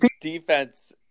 defense